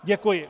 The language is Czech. Děkuji.